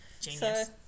genius